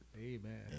Amen